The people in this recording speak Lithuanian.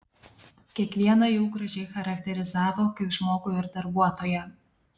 kiekvieną jų gražiai charakterizavo kaip žmogų ir darbuotoją